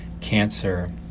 cancer